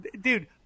dude